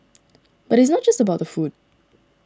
but it is not just about the food